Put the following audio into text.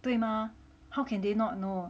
对吗 how can they not know